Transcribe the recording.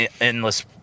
endless